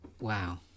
Wow